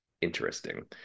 Interesting